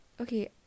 okay